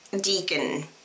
Deacon